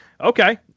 Okay